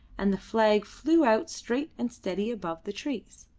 and the flag flew out straight and steady above the trees.